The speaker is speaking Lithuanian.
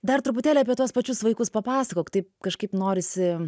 dar truputėlį apie tuos pačius vaikus papasakok taip kažkaip norisi